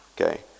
okay